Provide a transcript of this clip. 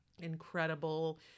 incredible